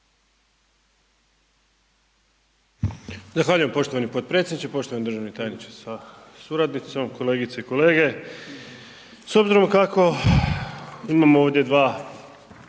Zahvaljujem poštovani potpredsjedniče. Poštovani državni tajniče sa suradnicima, kolegice i kolege sa, da se ne